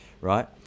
Right